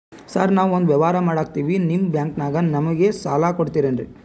Sir ನಾವು ಒಂದು ವ್ಯವಹಾರ ಮಾಡಕ್ತಿವಿ ನಿಮ್ಮ ಬ್ಯಾಂಕನಾಗ ನಮಿಗೆ ಸಾಲ ಕೊಡ್ತಿರೇನ್ರಿ?